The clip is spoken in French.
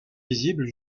visibles